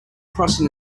crossing